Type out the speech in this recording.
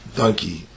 donkey